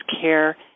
care